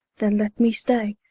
then let me stay,